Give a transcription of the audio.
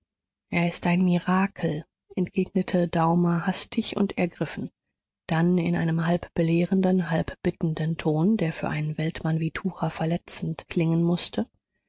er ist ein mirakel entgegnete daumer hastig und ergriffen dann in einem halb belehrenden halb bitteren ton der für einen weltmann wie tucher verletzend klingen mußte